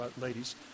Ladies